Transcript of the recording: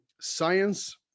science